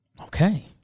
Okay